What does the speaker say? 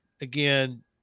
again